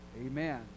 Amen